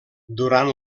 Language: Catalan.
durant